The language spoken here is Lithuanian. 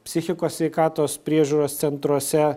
psichikos sveikatos priežiūros centruose